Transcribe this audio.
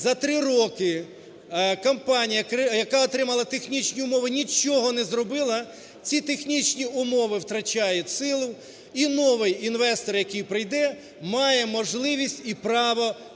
за 3 роки компанія, яка отримала технічні умови, нічого не зробила, ці технічні умови втрачають силу і новий інвестор, який прийде, має можливість і право отримати